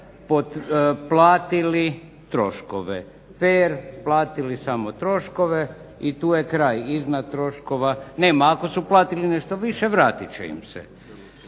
platili troškove, platili samo troškove i tu je kraj. Iznad troškova nema. Ako su platili nešto više vratit će im se.